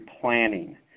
planning